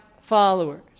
followers